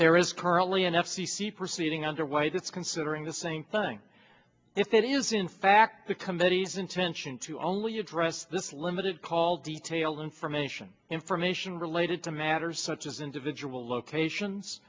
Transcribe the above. there is currently an f c c proceeding underway that's considering the same thing if it is in fact the committee's intention to only address this limited call detail information information related to matters such as individual locations